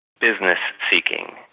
business-seeking